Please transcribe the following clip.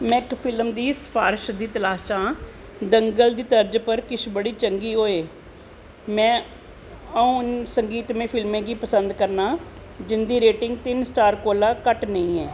में इक फिल्म दी सफारश दी तलाश च आं दंगल दी तर्ज पर किश बड़ी चंगी होऐ में उ 'नें संगीतमय फिल्में गी पसंद करना आं जिं'दी रेटिंग तिन स्टार कोला घट्ट नेईं ऐ